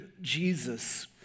Jesus